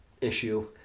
issue